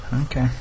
Okay